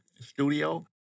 studio